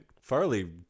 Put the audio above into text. Farley